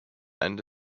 and